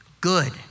good